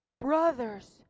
brothers